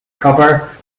cover